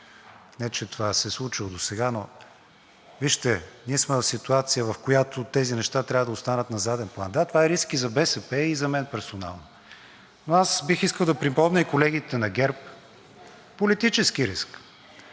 Не че това се е случвало досега. Но, вижте, ние сме в ситуация, в която тези неща трябва да останат на заден план. Да, това е риск и за БСП, и за мен персонално, но аз бих искал да припомня… (Реплики от ГЕРБ-СДС.) Политически риск.